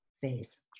phase